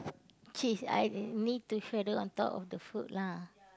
cheese I need to shredder on top of the food lah